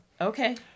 Okay